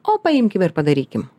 o paimkim ir padarykim